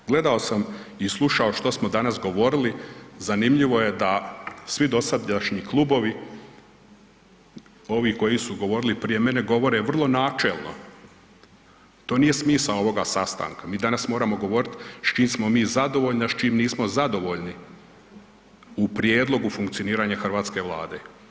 Gledao sam i slušao što smo danas govorili, zanimljivo je da svi dosadašnji klubovi ovi koji su govorili prije mene, govore vrlo načelno, to nije smisao ovoga sastanka, mi danas moramo govorit s čim smo mi zadovoljni a s čim nismo zadovoljni u prijedlogu funkcioniranja hrvatske Vlade.